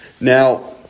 Now